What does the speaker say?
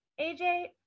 AJ